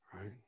Right